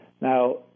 Now